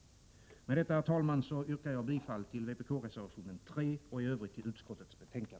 Med detta, herr talman, yrkar jag bifall till vpk-reservationen 3 och i övrigt till utskottets hemställan.